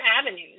avenues